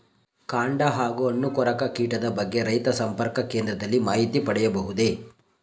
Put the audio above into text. ಕಾಂಡ ಹಾಗೂ ಹಣ್ಣು ಕೊರಕ ಕೀಟದ ಬಗ್ಗೆ ರೈತ ಸಂಪರ್ಕ ಕೇಂದ್ರದಲ್ಲಿ ಮಾಹಿತಿ ಪಡೆಯಬಹುದೇ?